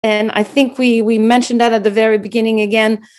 And I think we mentioned that at the very beginning again.